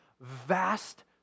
vast